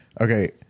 okay